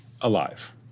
alive